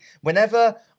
whenever